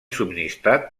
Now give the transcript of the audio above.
subministrat